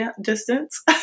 distance